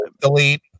Delete